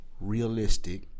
realistic